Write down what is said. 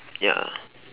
ya